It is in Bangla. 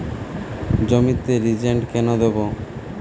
জমিতে রিজেন্ট কেন দেবো?